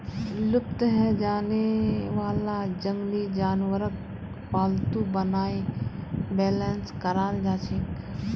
लुप्त हैं जाने वाला जंगली जानवरक पालतू बनाए बेलेंस कराल जाछेक